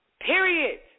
period